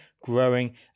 growing